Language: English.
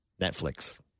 Netflix